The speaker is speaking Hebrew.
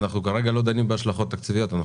אנחנו כרגע לא דנים בהשלכות התקציביות.